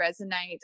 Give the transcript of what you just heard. resonate